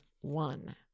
one